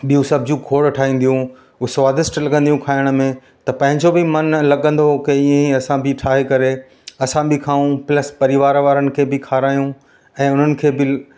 ॿियूं सब्जियूं खोड़ ठाहींदी हुयूं उहे स्वादिष्ट लॻंदियूं हुयूं खाइण में त पंहिंजो बि मनु लॻंदो हुओ की हीअं असां बि ठाहे करे असां बि खायूं प्लस परिवार वारनि खे बि खारायूं ऐं उन्हनि खे बि